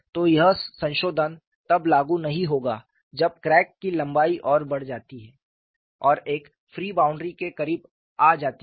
तो यह संशोधन तब लागू नहीं होगा जब क्रैक की लंबाई और बढ़ जाती है और एक फ्री बाउंड्री के करीब आ जाती है